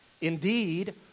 Indeed